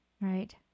right